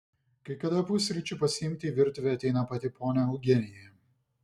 kai kada pusryčių pasiimti į virtuvę ateina pati ponia eugenija